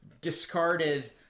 discarded